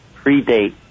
predate